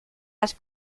das